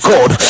God